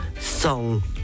song